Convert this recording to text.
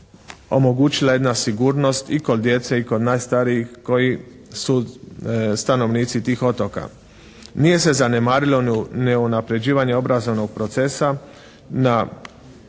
omogućila jedna sigurnost i kod djece i kod najstarijih koji su stanovnici tih otoka. Nije se zanemarilo ni unapređivanje obrazovnog procesa na